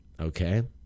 okay